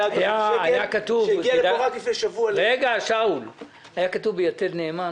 --- היה כתוב ב"יתד נאמן",